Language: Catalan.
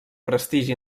prestigi